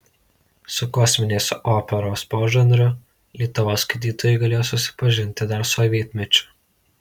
su kosminės operos požanriu lietuvos skaitytojai galėjo susipažinti dar sovietmečiu